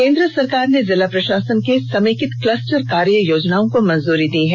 केन्द्र सरकार ने जिला प्रशासन के समेकित क्लस्टर कार्य योजनाओ को मंजूरी दे दी है